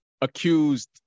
accused